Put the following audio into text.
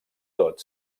tot